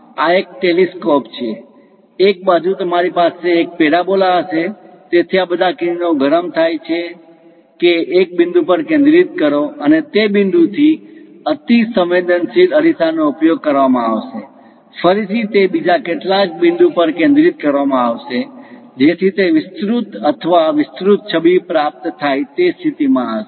આ એક ટેલિસ્કોપ છે એક બાજુ તમારી પાસે એક પેરાબોલા હશે તેથી આ બધા કિરણો ગરમ થાય છે કે એક બિંદુ પર કેન્દ્રિત કરો અને તે બિંદુથી અતિસંવેદનશીલ અરીસાનો ઉપયોગ કરવામાં આવશે ફરીથી તે બીજા કેટલાક બિંદુ પર કેન્દ્રિત કરવામાં આવશે જેથી તે વિસ્તૃત અથવા વિસ્તૃત છબી પ્રાપ્ત થાય તે સ્થિતિમાં હશે